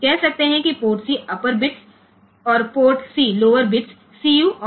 તેથી આપણે તેને port C upper bits CU અને port C lower bits CL કહી શકીએ